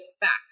facts